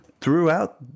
throughout